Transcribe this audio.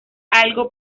algo